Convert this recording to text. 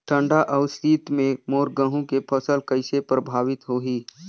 ठंडा अउ शीत मे मोर गहूं के फसल कइसे प्रभावित होही?